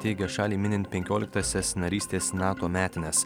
teigia šaliai minint penkioliktąsias narystės nato metines